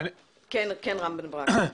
רם בן ברק.